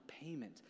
payment